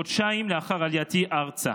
חודשיים לאחר עלייתי ארצה.